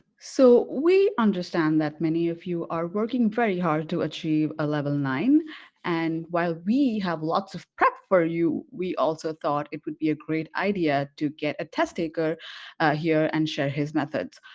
so, we understand that many of you are working very hard to achieve a level nine and while we have lots of prep for you, we also thought it would be a great idea to get a test taker here and share his methods.